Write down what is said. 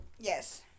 Yes